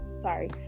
sorry